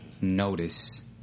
notice